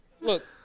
look